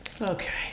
Okay